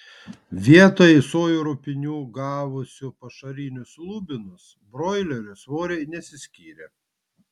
vietoj sojų rupinių gavusių pašarinius lubinus broilerių svoriai nesiskyrė